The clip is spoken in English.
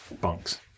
bunks